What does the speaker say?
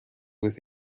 with